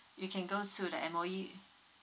you can go to the M_O_E